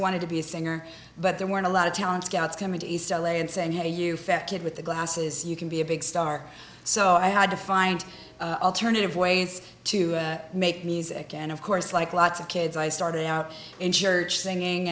wanted to be a singer but there were a lot of talent scouts coming to east l a and saying hey you fat kid with glasses you can be a big star so i had to find alternative ways to make music and of course like lots of kids i started out in church singing